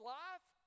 life